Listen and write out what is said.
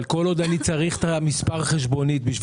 כל עוד אני צריך את מספר החשבונית כדי